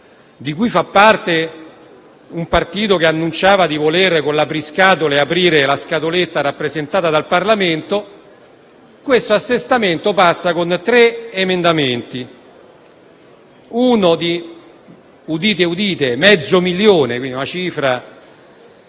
(di cui fa parte un partito che annunciava di volere aprire con l'apriscatole la scatoletta rappresentata dal Parlamento), l'assestamento passi con tre emendamenti. Uno - udite, udite - di mezzo milione di euro; una cifra